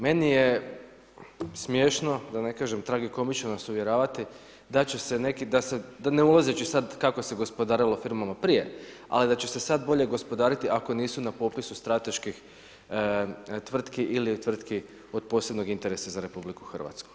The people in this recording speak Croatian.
Meni je smiješno da ne kažem tragikomično vas uvjeravati da ne ulazeći sada kada se gospodarilo firmama prije, ali da će se sada bolje gospodariti ako nisu na popisu strateških tvrtki ili tvrtki od posebnog interesa za RH.